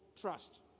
trust